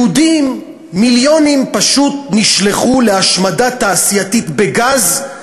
יהודים, מיליונים פשוט נשלחו להשמדה תעשייתית בגז,